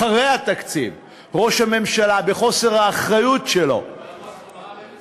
אחרי התקציב ראש הממשלה, בחוסר האחריות שלו,